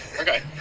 Okay